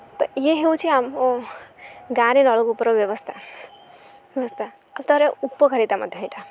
ତ ଇଏ ହେଉଛିି ଆମ ଗାଁରେ ନଳକୂପର ବ୍ୟବସ୍ଥା ବ୍ୟବସ୍ଥା ଆଉ ତା'ର ଉପକାରିତା ମଧ୍ୟ ଏଇଟା